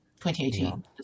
2018